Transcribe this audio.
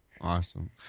Awesome